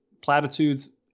platitudes